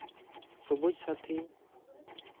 ᱥᱚᱵᱩᱡ ᱥᱟᱛᱷᱤ